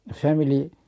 family